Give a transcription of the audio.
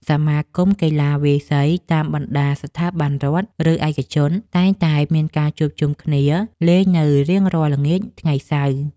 សមាគមកីឡាវាយសីតាមបណ្ដាស្ថាប័នរដ្ឋ ឬឯកជន តែងតែមានការជួបជុំគ្នាលេងនៅរៀងរាល់ល្ងាចថ្ងៃសៅរ៍។